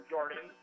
Jordan